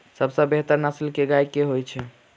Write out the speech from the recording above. सबसँ बेहतर नस्ल केँ गाय केँ होइ छै?